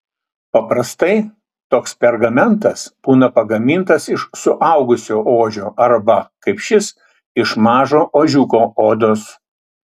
paprastai toks pergamentas būna pagamintas iš suaugusio ožio arba kaip šis iš mažo ožiuko odos